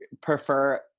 prefer